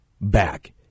back